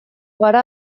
gara